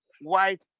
white